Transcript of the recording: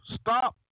stop